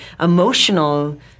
emotional